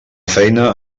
feina